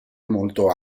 molto